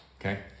okay